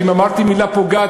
ואם אמרתי מילה פוגעת,